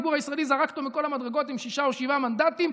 הציבור הישראלי זרק אותו מכל המדרגות עם שישה או שבעה מנדטים.